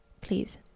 Please